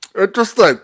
Interesting